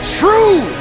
true